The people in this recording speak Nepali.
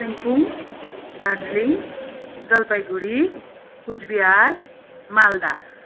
कालिम्पोङ दार्जिलिङ जलपाइगुडी कुचबिहार मालदा